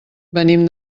venim